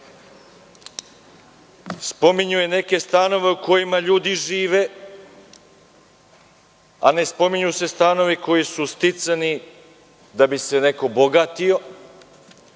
Spominjao je neke stanove u kojima ljudi žive, a ne spominju se stanovi koji su sticani da bi se neko